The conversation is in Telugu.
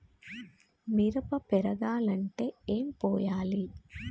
మిరప పెరగాలంటే ఏం పోయాలి?